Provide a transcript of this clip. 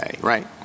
right